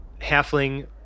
halfling